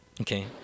Okay